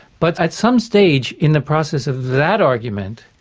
but at some stage in the process of that argument